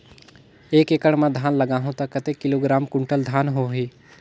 एक एकड़ मां धान लगाहु ता कतेक किलोग्राम कुंटल धान होही?